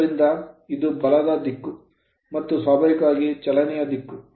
ಆದ್ದರಿಂದ ಇದು ಬಲದ ದಿಕ್ಕು ಮತ್ತು ಸ್ವಾಭಾವಿಕವಾಗಿ ಚಲನೆಯ ದಿಕ್ಕು